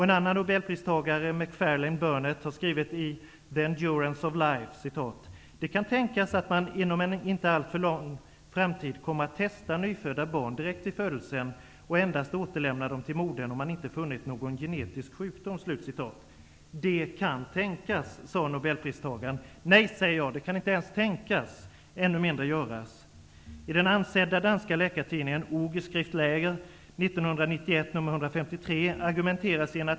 En annan Nobelpristagare, Macfarlane-Burnett, har skrivit i The endurance of life: ''Det kan tänkas att man inom en inte alltför lång framtid kommer att testa nyfödda barn direkt vid födelsen och endast återlämna dem till modern om man inte funnit någon genetisk sjukdom.'' ''Det kan tänkas'', sade Nobelpristagaren. Nej, säger jag, det kan inte ens tänkas, ännu mindre göras.